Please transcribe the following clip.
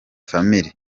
family